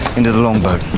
into the longboat.